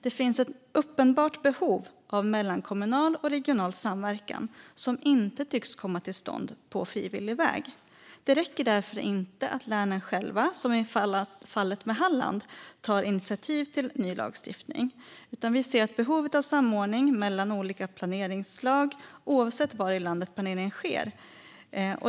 Det finns ett uppenbart behov av mellankommunal och regional samverkan som inte tycks komma till stånd på frivillig väg. Det räcker därför inte att länen själva, som i fallet med Halland, tar initiativ till ny lagstiftning. Behovet av samordning mellan olika planeringsslag gäller oavsett var i landet planeringen sker.